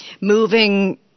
Moving